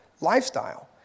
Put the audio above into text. lifestyle